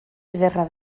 ederra